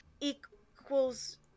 equals